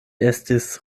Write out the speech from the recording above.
estis